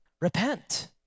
Repent